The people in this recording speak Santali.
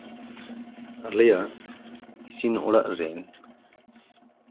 ᱟᱞᱮᱭᱟᱜ ᱤᱥᱤᱱ ᱚᱲᱟᱜ ᱨᱮᱱ